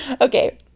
okay